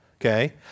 Okay